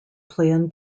plan